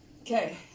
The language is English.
Okay